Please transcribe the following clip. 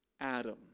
Adam